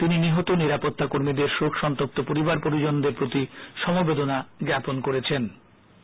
তিনি নিহত নিরাপত্তা কর্মীদের শোকসন্তপ্ত পরিবার পরিজনদের প্রতি সমবেদনা জ্ঞাপন করেন